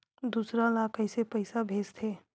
दूसरा ला कइसे पईसा भेजथे?